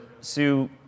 Sue